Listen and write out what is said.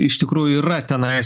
iš tikrųjų yra tenais